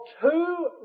two